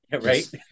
Right